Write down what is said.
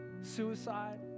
Suicide